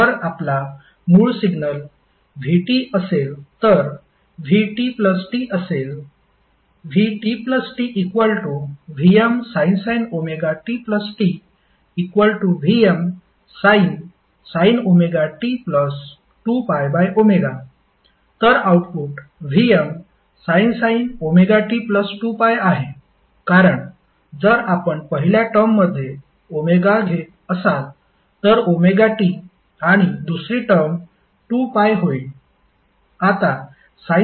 जर आपला मूळ सिग्नल v असेल तर vtT असेल vtTVmsin ωtT Vmsin ωt2πω तर आऊटपुट Vmsin ωt2π आहे कारण जर आपण पहिल्या टर्ममध्ये घेत असाल तर t आणि दुसरी टर्म 2π होईल